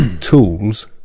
tools